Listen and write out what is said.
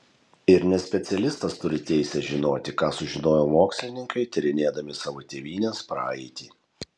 ir nespecialistas turi teisę žinoti ką sužinojo mokslininkai tyrinėdami savo tėvynės praeitį